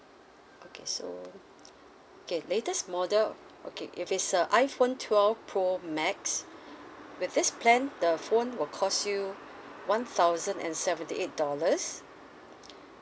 okay so okay latest model okay if it's a iphone twelve pro max with this plan the phone will cost you one thousand and seventy eight dollars